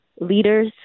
leaders